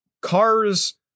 cars